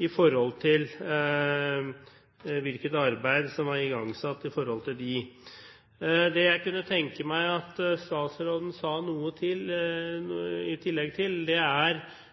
når det gjelder hvilket arbeid som er igangsatt i forhold til dem. Det jeg kunne tenke meg at statsråden sa noe om i tillegg, er hvilken tidshorisont regjeringen ser for seg med hensyn til